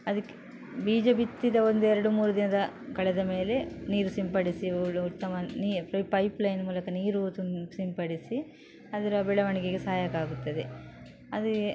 ಅದಕ್ಕೆ ಬೀಜ ಬಿತ್ತಿದ ಒಂದು ಎರಡು ಮೂರು ದಿನದ ಕಳೆದ ಮೇಲೆ ನೀರು ಸಿಂಪಡಿಸಿ ಊಳು ಉತ್ತಮ ನೀನು ಪೈಪ್ಲೈನ್ ಮೂಲಕ ನೀರು ಸಿಂಪಡಿಸಿ ಅದರ ಬೆಳವಣಿಗೆಗೆ ಸಹಾಯಕವಾಗುತ್ತದೆ ಅದೇ